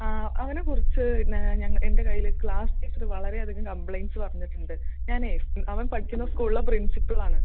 ആ അവനെ കുറിച്ച് പിന്നെ എൻ്റെ കൈയ്യിൽ ക്ലാസ് ടീച്ചർ വളരെ അധികം കംപ്ലൈൻസ് പറഞ്ഞിട്ടൂണ്ട് ഞാൻ അവൻ പഠിക്കുന്ന സ്കൂളിലെ പ്രിൻസിപ്പൾ ആണ്